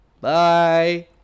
Bye